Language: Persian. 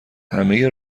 همه